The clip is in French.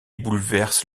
bouleverse